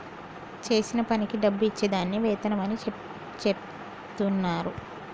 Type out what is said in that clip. చేసిన పనికి డబ్బు ఇచ్చే దాన్ని వేతనం అని చెచెప్తున్నరు